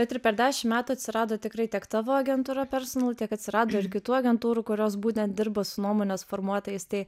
bet ir per dešim metų atsirado tikrai tiek tavo agentūra personal tiek atsirado ir kitų agentūrų kurios būtent dirba su nuomonės formuotojais tai